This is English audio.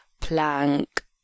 plank